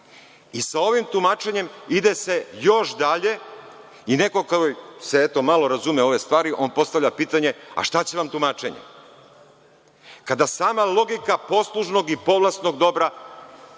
i sa ovim tumačenjem ide se još dalje i neko ko se i malo razume u ove stvari on postavlja pitanje – a šta će nam tumačenje? Kada sama logika poslužnog i povlasnog dobra